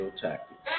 tactics